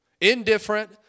indifferent